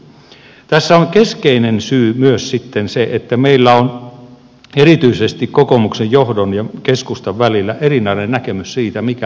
tässä on keskeinen syy myös sitten se että meillä on erityisesti kokoomuksen johdon ja keskustan välillä erilainen näkemys siitä mikä on kunta